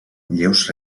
lleus